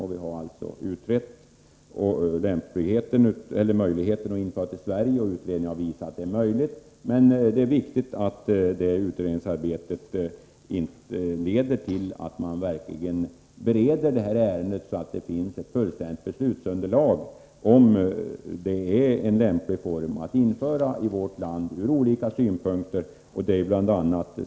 Man har alltså utrett möjligheten att införa detta även i Sverige, och utredningen har visat att det är möjligt. Men det är viktigt att detta utredningsarbete fullföljs, så att det verkligen leder fram till ett fullständigt beslutsunderlag för frågan om detta från olika synpunkter är en lämplig form att införa i vårt land.